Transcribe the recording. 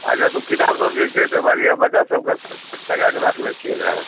अच्छा तऽ ओ किताब सब जे छै तऽ मानि लिअ बच्चा सबके सेट लगाए कऽ राखने छियै ने